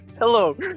Hello